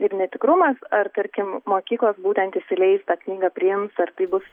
ir netikrumas ar tarkim mokyklos būtent įsileis tą knygą priims ar tai bus